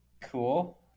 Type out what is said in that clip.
Cool